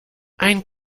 ein